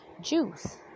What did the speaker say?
Juice